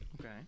Okay